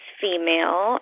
female